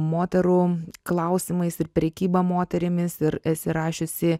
moterų klausimais ir prekyba moterimis ir esi rašiusi